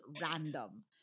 random